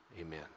Amen